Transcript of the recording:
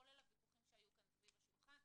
כולל הוויכוחים שהיו כאן סביב השולחן.